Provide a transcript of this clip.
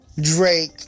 Drake